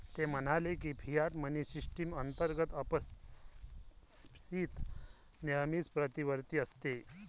ते म्हणाले की, फियाट मनी सिस्टम अंतर्गत अपस्फीती नेहमीच प्रतिवर्ती असते